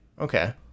Okay